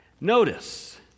Notice